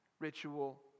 ritual